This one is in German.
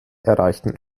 erreichten